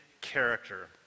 character